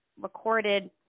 recorded